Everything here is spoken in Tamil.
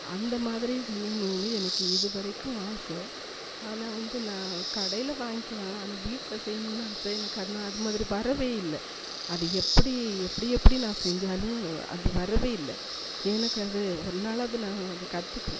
அந்தமாதிரி செய்யணும்னு எனக்கு இது வரைக்கும் ஆசை ஆனால் வந்து நான் கடையில் வாங்கிக்கிலாம் ஆனால் வீட்டில் செய்யணும்னு ஆசை எனக்கு அதனால அதுமாதிரி வரவே இல்லை அது எப்படி எப்படி எப்படி நான் செஞ்சாலும் அது வரவே இல்லை எனக்கு அது ஒரு நாளாது நான் அதை கற்றுக்குவேன்